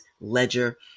Ledger